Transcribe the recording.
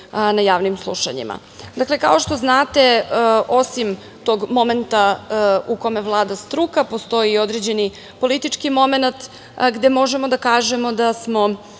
na javnim slušanjima. Dakle, kao što znate, osim tog momenta u kome vlada struka, postoji i određeni politički momenat, gde možemo da kažemo da smo